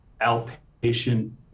outpatient